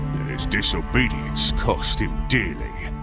and his disobedience cost him dearly.